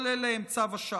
כל אלה הם צו השעה.